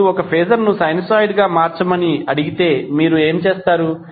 ఇప్పుడు ఒక ఫేజర్ ను సైనూసోయిడ్ గా మార్చమని అడిగితే మీరు ఏమి చేస్తారు